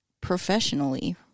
professionally